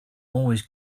always